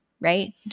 right